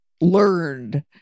learned